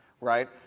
right